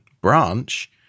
branch